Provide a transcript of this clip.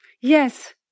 Yes